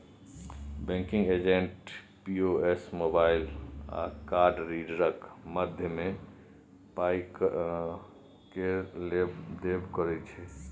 banking agent POS, mobile आ card रीडरक माध्यमे पाय केर लेब देब करै छै